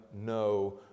no